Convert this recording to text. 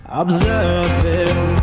observing